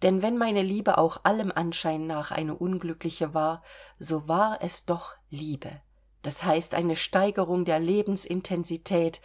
denn wenn meine liebe auch allem anschein nach eine unglückliche war so war es doch liebe das heißt eine steigerung der lebensintensität